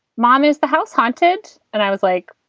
mom, is the house haunted? and i was like,